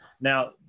Now